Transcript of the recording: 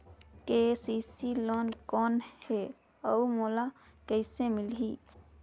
KCC loan कौन हे अउ मोला कइसे मिलही?